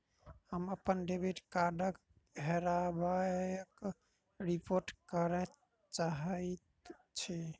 हम अप्पन डेबिट कार्डक हेराबयक रिपोर्ट करय चाहइत छि